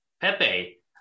Pepe